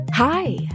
Hi